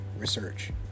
research